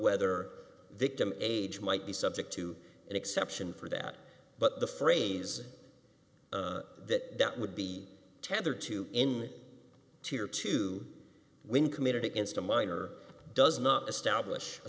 whether the age might be subject to an exception for that but the phrase that that would be tethered to in to or to win committed against a minor does not establish a